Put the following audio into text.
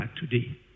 today